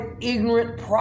ignorant